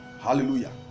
Hallelujah